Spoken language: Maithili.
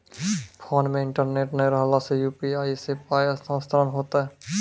फोन मे इंटरनेट नै रहला सॅ, यु.पी.आई सॅ पाय स्थानांतरण हेतै?